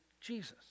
Jesus